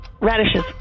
Radishes